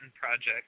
Project